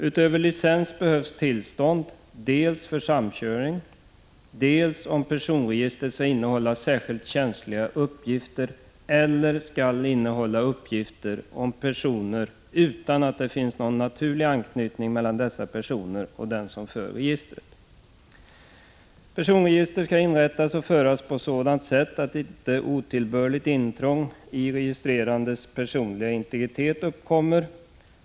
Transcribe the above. Utöver licens behövs tillstånd dels för samkörning, dels om personregistret skall innehålla särskilt känsliga uppgifter eller innehålla uppgifter om personer utan att det finns någon naturlig anknytning mellan dessa personer och den som för registret. Personregister skall inrättas och föras på sådant sätt att inte otillbörligt intrång i registrerades personliga integritet uppkommer.